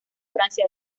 francia